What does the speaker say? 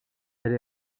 elle